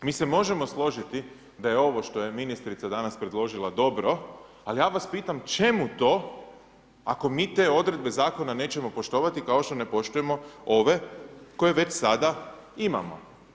Mi se možemo složiti da je ovo što je ministrica danas predložila dobro, ali ja vas pitam čemu to, ako mi te odredbe Zakona nećemo poštovati kao što ne poštujemo ove koje već sada imamo.